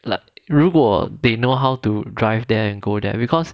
like 如果 they know how to drive and go there because